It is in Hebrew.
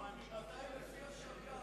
ממתי לפי השריעה